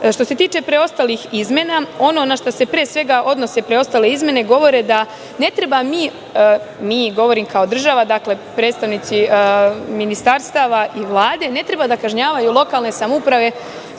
se tiče preostalih izmena, ono našta se, pre svega, odnose preostale izmene, govore da ne treba mi, govorim kao država, dakle predstavnici ministarstava i Vlade, ne treba da kažnjavaju lokalne samouprave